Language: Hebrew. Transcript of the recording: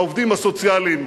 לעובדים הסוציאליים,